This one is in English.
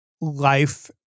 life